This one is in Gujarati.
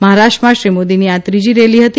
મહારાષ્ટ્રમાં શ્રી મોદીની આ ત્રીજી રેલી હતી